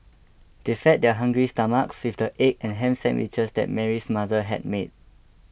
they fed their hungry stomachs with the egg and ham sandwiches that Mary's mother had made